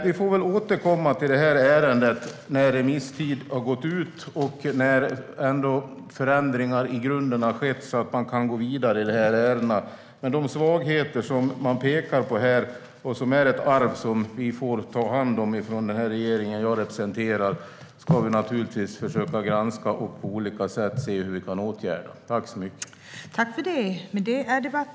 Vi får återkomma till ärendet när remisstiden har gått ut och när förändringar har skett i grunden så att man kan gå vidare i dessa ärenden. De svagheter som det pekas på och som är ett arv som vi får ta hand om i den regering jag representerar ska vi naturligtvis försöka granska och se hur vi kan åtgärda på olika sätt.